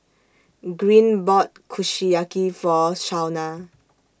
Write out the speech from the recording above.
Green bought Kushiyaki For Shauna